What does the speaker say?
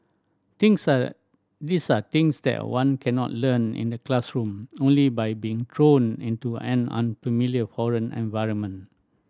things are these are things that one cannot learn in the classroom only by being thrown into an unfamiliar foreign environment